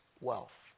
wealth